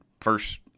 first